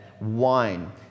wine